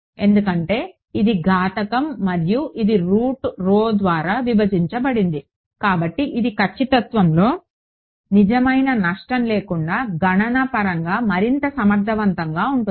ఎందుకంటే ఇది ఘాతాంకం మరియు ఇది రూట్ రో ద్వారా విభజించబడింది కాబట్టి ఇది ఖచ్చితత్వంలో నిజమైన నష్టం లేకుండా గణనపరంగా మరింత సమర్థవంతంగా ఉంటుంది